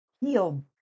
heal